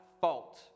fault